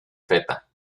feta